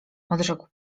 odrzekł